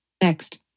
Next